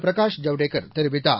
பிரகாஷ் ஜவடேகர் தெரிவித்தார்